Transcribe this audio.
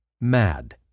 mad